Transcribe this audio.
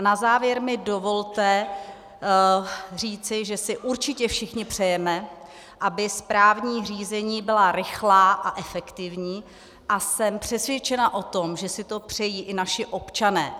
Na závěr mi dovolte říci, že si určitě všichni přejeme, aby správní řízení byla rychlá a efektivní, a jsem přesvědčena o tom, že si to přejí i naši občané.